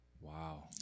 Wow